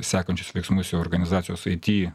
sekančius veiksmus jau organizacijos it